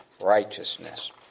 righteousness